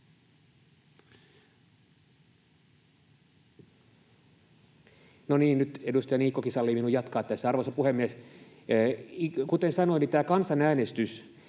No niin, nyt edustaja Niikkokin sallii minun jatkaa tässä. Arvoisa puhemies! Kuten sanoin, niin tämä kansanäänestys